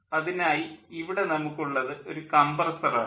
അതിനായി ഇവിടെ നമുക്ക് ഉള്ളത് ഒരു കംപ്രസ്സർ ആണ്